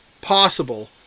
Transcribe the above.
possible